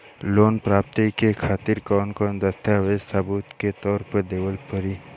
Loan प्राप्ति के खातिर कौन कौन दस्तावेज सबूत के तौर पर देखावे परी?